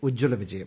ഉജ്ജ്വല വിജയം